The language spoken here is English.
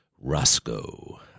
Roscoe